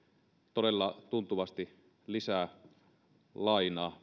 todella tuntuvasti lisää lainaa